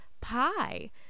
pie